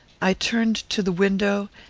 i turned to the window,